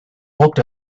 walked